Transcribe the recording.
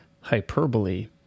hyperbole